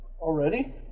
Already